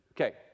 Okay